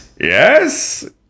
yes